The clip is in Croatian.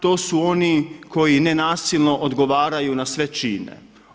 To su oni koji nenasilno odgovaraju na sve čine.